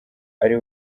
ari